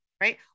right